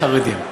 לחרדים.